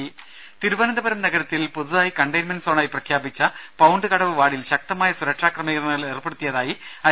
രുഭ തിരുവനന്തപുരം നഗരത്തിൽ പുതുതായി കണ്ടെയിൻമെന്റ് സോണായി പ്രഖ്യാപിച്ച പൌണ്ട്കടവ് വാർഡിൽ ശക്തമായ സുരക്ഷാക്രമീകരണങ്ങൾ ഏർപ്പെടുത്തിയതായി ഐ